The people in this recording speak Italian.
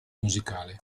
musicale